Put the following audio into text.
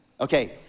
Okay